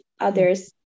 others